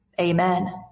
Amen